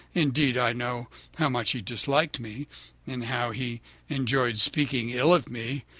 indeed i know how much he disliked me and how he enjoyed speaking ill of me.